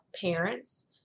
parents